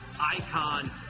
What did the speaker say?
icon